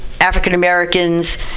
African-Americans